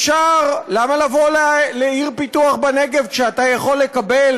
למה לבוא לעיר פיתוח בנגב כשאתה יכול לקבל